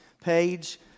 page